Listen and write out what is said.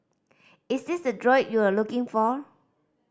is this the droid you're looking for